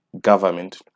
government